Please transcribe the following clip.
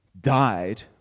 died